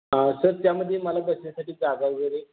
sir त्यामध्ये मला बसण्यासाठी जागा वगैरे